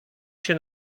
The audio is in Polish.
się